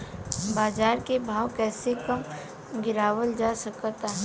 बाज़ार के भाव कैसे कम गीरावल जा सकता?